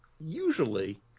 usually